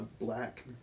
black